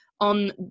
on